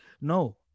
No